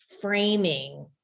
framing